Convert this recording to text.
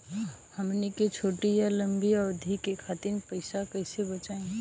हमन के छोटी या लंबी अवधि के खातिर पैसा कैसे बचाइब?